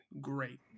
great